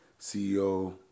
CEO